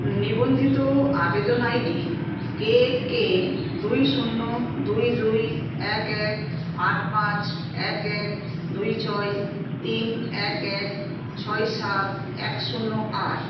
নিবন্ধিত আবেদন ID K K দুই শূন্য দুই দুই এক এক আট পাঁচ এক এক দুই ছয় তিন এক এক ছয় সাত এক শূন্য আট